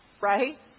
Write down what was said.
right